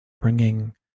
bringing